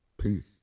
Peace